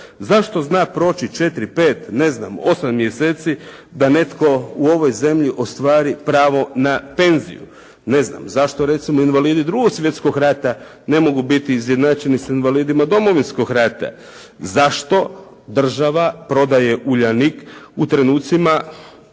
Zašto zna proći 4, 5, 8 mjeseci da netko u ovoj zemlji ostvari pravo na penziju? Zašto invalidi 2. svjetskog rata ne mogu biti izjednačeni sa invalidima Domovinskog rata? Zašto država prodaje "Uljanik" u trenucima